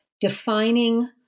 defining